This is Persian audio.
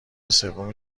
سوم